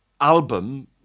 album